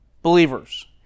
Believers